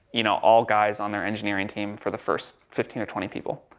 you know, all guys on their engineering team for the first fifteen or twenty people.